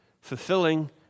fulfilling